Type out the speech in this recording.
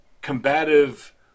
combative